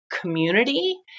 community